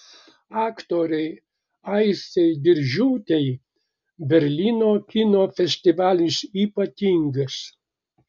aktorei aistei diržiūtei berlyno kino festivalis ypatingas